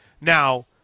Now